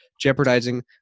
jeopardizing